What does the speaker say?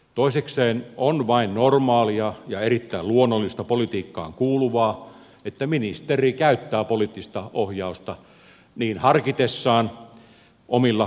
toisekseen on vain normaalia ja erittäin luonnollista politiikkaan kuuluvaa että ministeri käyttää poliittista ohjausta niin harkitessaan omilla perusteillaan